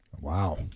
Wow